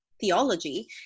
theology